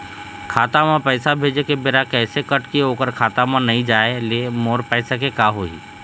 खाता म पैसा भेजे के बेरा पैसा कट के ओकर खाता म नई जाय ले मोर पैसा के का होही?